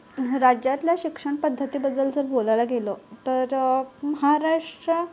राज्यातल्या शिक्षण पद्धतीबद्दल जर बोलायलं गेलं तर म्हाराष्ट्रा